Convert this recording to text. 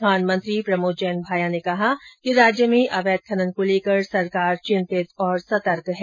खान मंत्री प्रमोद जैन भाया ने कहा कि राज्य में अवैध खनन को लेकर सरकार चिंतित और सतर्क है